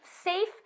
Safe